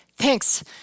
Thanks